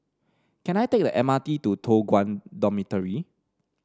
can I take the M R T to Toh Guan Dormitory